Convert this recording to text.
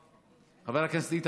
חבר הכנסת יואל חסון.